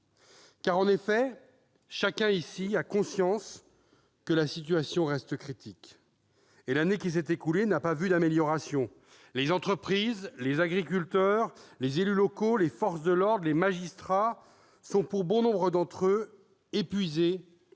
En effet, chacun ici a conscience que la situation reste critique, et l'année qui s'est écoulée n'a pas vu d'amélioration. Les entreprises, les agriculteurs, les élus locaux, les forces de l'ordre, les magistrats sont, pour nombre d'entre eux, épuisés et